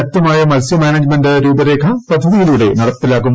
ശക്തമായ മത്സ്യ മാനേജ്മെന്റ് രൂപരേഖ പദ്ധതിയിലൂടെ നടപ്പാക്കും